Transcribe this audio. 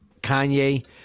Kanye